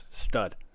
stud